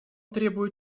требует